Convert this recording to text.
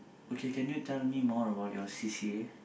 okay can you tell me more about your C_C_A